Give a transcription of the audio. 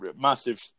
massive